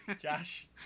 Josh